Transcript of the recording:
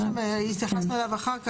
כן, יש שם, התייחסנו אליו אחר כך.